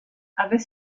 avait